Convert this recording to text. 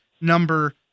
number